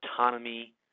autonomy